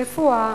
רפואה,